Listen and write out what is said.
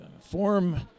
form